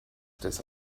des